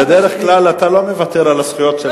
אבל בדרך כלל אתה לא מוותר על הזכויות שלך,